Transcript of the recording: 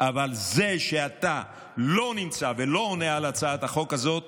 אבל זה שאתה לא נמצא ולא עונה על הצעת החוק הזאת